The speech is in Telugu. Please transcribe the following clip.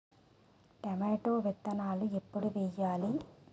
టొమాటో విత్తనాలు ఎప్పుడు వెయ్యాలి?